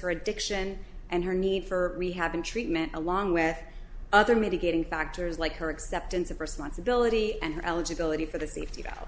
her addiction and her need for rehab and treatment along with other mitigating factors like her acceptance of responsibility and her eligibility for the safety though